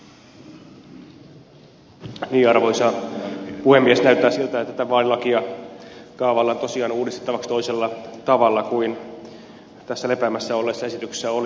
näyttää siltä että tätä vaalilakia kaavaillaan tosiaan uudistettavaksi toisella tavalla kuin tässä lepäämässä olleessa esityksessä oli